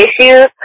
issues